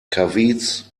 caveats